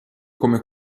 come